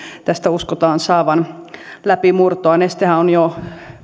tästä uskotaan saatavan läpimurtoa nestehän on jo